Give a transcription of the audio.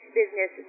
business